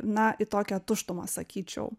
na į tokią tuštumą sakyčiau